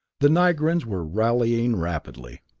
the nigrans were rallying rapidly.